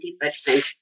percent